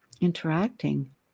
interacting